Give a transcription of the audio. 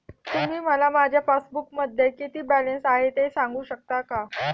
तुम्ही मला माझ्या पासबूकमध्ये किती बॅलन्स आहे हे सांगू शकता का?